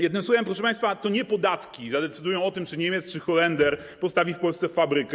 Jednym słowem, proszę państwa, to nie podatki zadecydują o tym, czy Niemiec lub Holender postawi w Polsce fabrykę.